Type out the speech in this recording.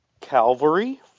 Calvary